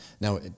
Now